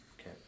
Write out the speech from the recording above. okay